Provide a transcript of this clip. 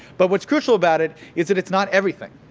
but what's crucial about it, is that it's not everything.